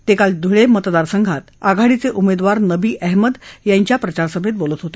ते काल धूळे मतदार संघात आघाडीचे उमेदवार नबी अहमद यांच्या प्रचार सभेत बोलत होते